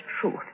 truth